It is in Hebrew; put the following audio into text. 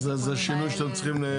אז זה השינוי שאתם צריכים.